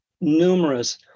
numerous